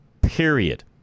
period